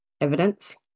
evidence